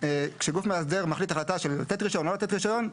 כשגוף מאסדר מחליט החלטה לתת רישיון או לא לתת רישיון,